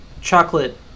chocolate